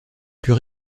plus